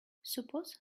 suppose